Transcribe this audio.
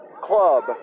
club